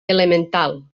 elemental